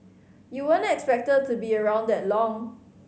you weren't expected to be around that long